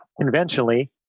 conventionally